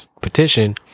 petition